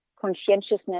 conscientiousness